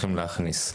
להכניס.